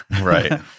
Right